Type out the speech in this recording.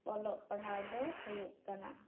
ᱚᱞᱚᱜ ᱯᱟᱲᱦᱟᱣ ᱫᱚ ᱦᱩᱭᱩᱜ ᱠᱟᱱᱟ